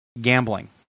gambling